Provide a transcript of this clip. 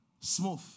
Smooth